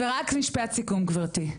רק משפט סיכום גבירתי.